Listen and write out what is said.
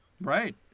Right